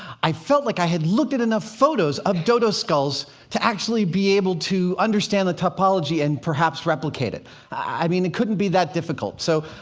i felt like i had looked at enough photos of dodo skulls to actually be able to understand the topology and perhaps replicate it i mean, it couldn't be that difficult. so,